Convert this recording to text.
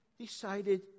decided